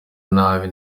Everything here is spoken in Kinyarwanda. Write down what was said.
nabi